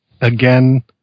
Again